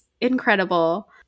incredible